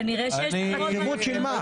כנראה שיש --- חשיבות של מה?